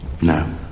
No